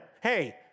Hey